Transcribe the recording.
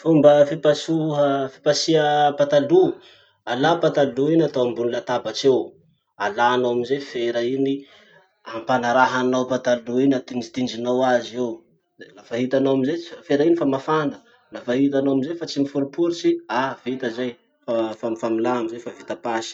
Fomba fipasoha, fipasia patalo: alà patalo iny atao ambony latabatry eo. Alanao amizay fera iny, ampanarahanao patalo iny, atindritindrinao azy eo, de lafa hitanao amizay tsy- fera iny fa mafana, lafa hitanao amizay i fa tsy miforoporotsy, ah vita zay, fa fa milamy zay fa vita pasy.